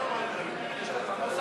אנחנו,